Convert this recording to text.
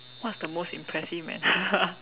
what's the most impressive man